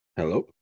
hello